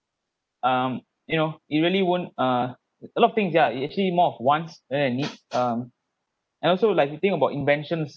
um you know it really won't uh a lot of things ya it actually more of wants rather than need um and also like you think about inventions